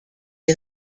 des